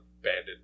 banded